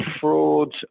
fraud